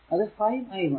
അത് 5 i1